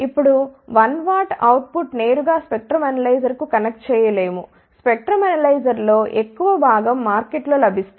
ఇప్పుడు 1 W output నేరుగా spectrum అనలైజర్కు కనెక్ట్ చేయ లేముస్పెక్ట్రం అనలైజర్లలో ఎక్కువ భాగం మార్కెట్ లో లభిస్తాయి